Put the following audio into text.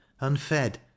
unfed